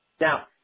Now